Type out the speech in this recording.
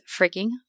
freaking